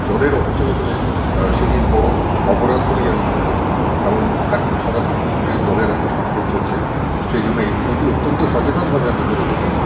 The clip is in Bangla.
জলের অপচয় হলে সেটি বড়ো অপরাধ বলেই আমি মনে করি কারণ এখন সারা পৃথিবী জুড়েই জলের একটা সংকট চলছে সেই জন্য এই বিষয়টি অত্যন্ত সচেতনভাবে আমি করে থাকি